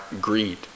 greed